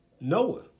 Noah